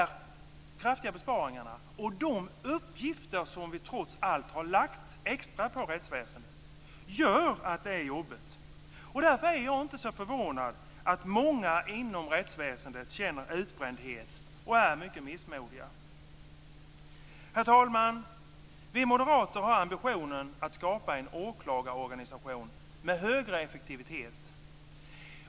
De kraftiga besparingarna tillsammans med de uppgifter som trots allt har lagts på extra på rättsväsendet gör att det är jobbigt. Därför är jag inte förvånad att många inom rättsväsendet känner sig utbrända och är missmodiga. Herr talman! Vi moderater har ambitionen att skapa en åklagarorganisation med högre effektivitet.